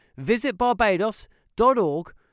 visitbarbados.org